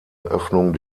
öffnung